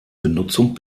benutzung